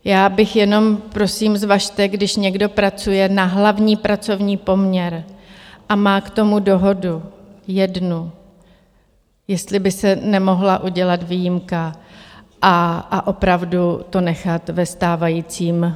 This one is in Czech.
Já bych jenom prosím, zvažte, když někdo pracuje na hlavní pracovní poměr a má k tomu dohodu, jednu, jestli by se nemohla udělat výjimka a opravdu to nechat ve stávajícím modelu.